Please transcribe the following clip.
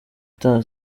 gutanga